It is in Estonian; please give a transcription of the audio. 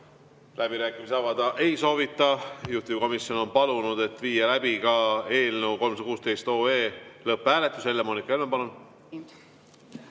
Läbirääkimisi avada ei soovita. Juhtivkomisjon on palunud viia läbi eelnõu 316 lõpphääletus.